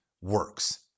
works